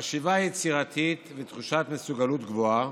חשיבה יצירתית ותחושת מסוגלות גבוהה,